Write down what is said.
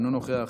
אינו נוכח,